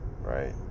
right